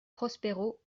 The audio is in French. prospero